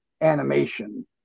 animation